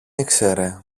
ήξερε